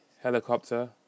Helicopter